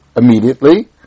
immediately